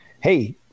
hey